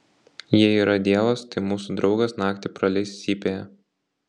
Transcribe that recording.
jei yra dievas tai mūsų draugas naktį praleis cypėje